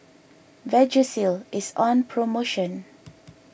Vagisil is on promotion